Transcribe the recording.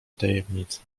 tajemnica